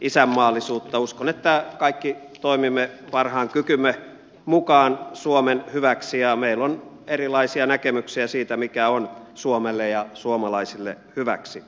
uskon että kaikki toimimme parhaan kykymme mukaan suomen hyväksi mutta meillä on erilaisia näkemyksiä siitä mikä on suomelle ja suomalaisille hyväksi